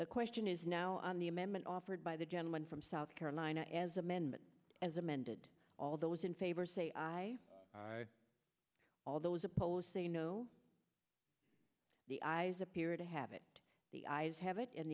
the question is now on the amendment offered by the gentleman from south carolina as amendment as amended all those in favor say aye all those opposed say no the i's appear to have it the ayes ha